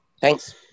Thanks